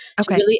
Okay